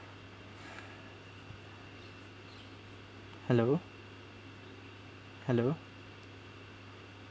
hello hello